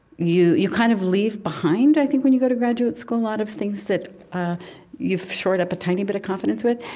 you you kind of leave behind, i think, when you go to graduate school, a lot of things that you've shored up a tiny bit of confidence with.